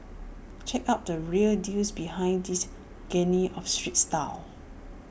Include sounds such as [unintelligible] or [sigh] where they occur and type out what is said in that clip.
check out the real deals behind this [unintelligible] of street style